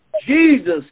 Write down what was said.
Jesus